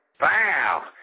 wow